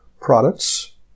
products